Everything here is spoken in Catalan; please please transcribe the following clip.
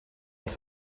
els